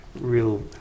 Real